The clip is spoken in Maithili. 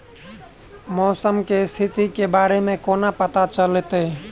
मौसम केँ स्थिति केँ बारे मे कोना पत्ता चलितै?